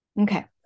Okay